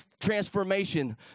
transformation